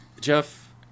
Jeff